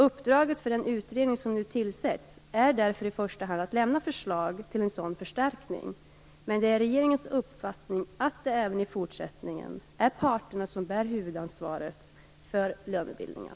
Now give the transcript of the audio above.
Uppdraget för den utredning som nu tillsätts är därför i första hand att lämna förslag till en sådan förstärkning, men det är regeringens uppfattning att det även i fortsättningen är parterna som bär huvudansvaret för lönebildningen.